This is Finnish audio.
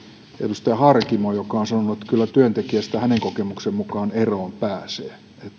edustaja harkimo on sanonut että kyllä työntekijästä hänen kokemuksensa mukaan eroon pääsee